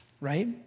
right